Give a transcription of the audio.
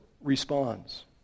responds